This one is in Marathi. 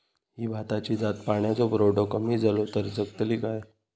ही भाताची जात पाण्याचो पुरवठो कमी जलो तर जगतली काय?